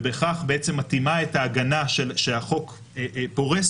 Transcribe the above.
ובכך בעצם מתאימה את ההגנה שהחוק פורס